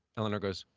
eleanor goes,